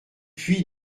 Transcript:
puy